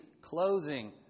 Closing